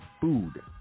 food